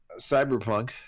cyberpunk